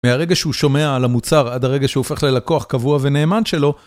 מהרגע שהוא שומע על המוצר, עד הרגע שהופך ללקוח קבוע ונאמן שלו.